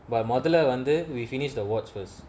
but மொதல்ல வந்து:mothalla vanthu we finish the awards first